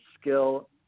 skill